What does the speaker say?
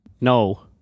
no